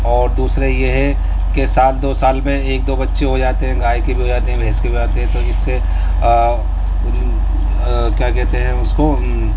اور دوسرے یہ ہے کہ سال دو سال میں ایک دو بچے ہو جاتے ہیں گائے کے بھی ہو جاتے ہیں بھینس کے بھی ہو جاتے ہیں تو اس سے کیا کہتے ہیں اس کو